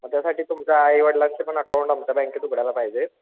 मग त्यासाठी तुमच्या आई वडिलांचं पण अकाऊंट आमच्या बँकेत उघडायला पाहिजे